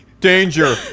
Danger